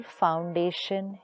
foundation